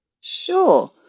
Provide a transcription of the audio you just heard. Sure